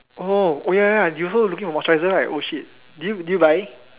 oh ya ya ya you also looking for moisturizer also right oh shit did did you buy